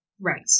right